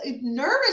nervous